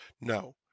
no